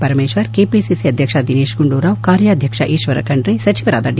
Parameshwar KPCC ಅಧ್ಯಕ್ಷ ದಿನೇಶ್ ಗುಂಡೂರಾವ್ ಕಾರ್ಯಾಧ್ಯಕ್ಷ ಈಶ್ವರ ಖಂಡ್ರೆ ಸಚಿವರಾದ ಡಿ